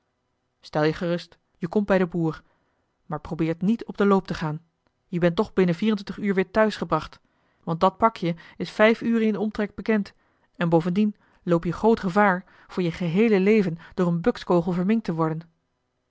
stel je gerust jij komt bij den boer maar probeer niet op den loop te gaan je bent toch binnen vier en twintig uur weer thuis gebracht want dat pakje is vijf uren in den omtrek bekend en bovendien loop je groot gevaar voor je geheele leven door een bukskogel verminkt te worden